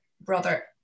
brother